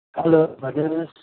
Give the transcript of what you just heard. hello भन्नोस्